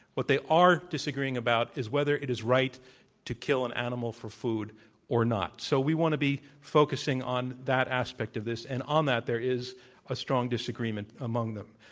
what they are disagreeing about is whether it is right to kill an animal for food or not. so we want to be focusing on that aspect this. and on that, there is a strong disagreement among them.